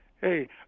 hey